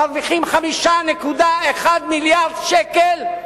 מרוויחים 5.1 מיליארדי שקל,